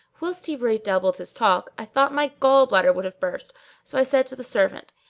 whilst he redoubled his talk, i thought my gall bladder would have burst so i said to the servant,